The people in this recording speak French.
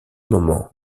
moment